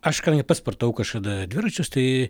aš kadangi pats sportavau kažkada dviračius tai